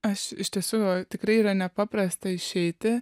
aš iš tiesų tikrai yra nepaprasta išeiti